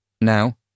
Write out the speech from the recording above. Now